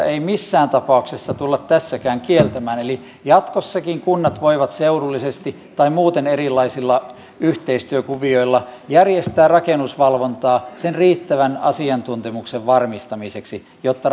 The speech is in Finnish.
ei missään tapauksessa tulla tässäkään kieltämään eli jatkossakin kunnat voivat seudullisesti tai muuten erilaisilla yhteistyökuvioilla järjestää rakennusvalvontaa sen riittävän asiantuntemuksen varmistamiseksi jotta